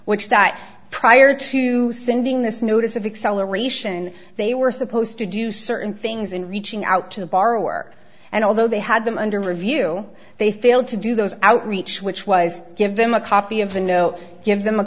which that prior to sending this notice of acceleration they were supposed to do certain things in reaching out to the borrower and although they had them under review they failed to do those outreach which was give them a copy of the no give them a